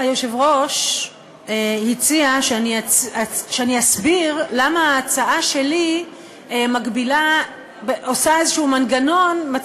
היושב-ראש הציע שאסביר למה ההצעה שלי עושה מנגנון כלשהו,